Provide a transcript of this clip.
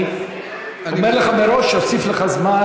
אני אומר לך מראש שאוסיף לך זמן,